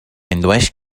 indueix